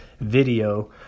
video